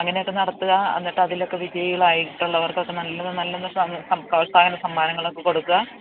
അങ്ങനെയൊക്കെ നടത്തുക എന്നിട്ട് അതിലൊക്കെ വിജയികളായിട്ടുള്ളവർക്കൊക്കെ നല്ല നല്ല പ്രോത്സാഹന സമ്മാനങ്ങൾ ഒക്കെ കൊടുക്കുക